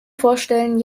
vorstellen